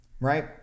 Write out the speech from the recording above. right